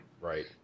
right